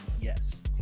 Yes